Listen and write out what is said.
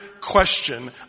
question